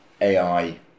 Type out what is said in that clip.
AI